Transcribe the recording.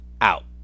Out